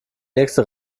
nächste